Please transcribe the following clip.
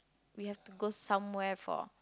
we have to go somewhere for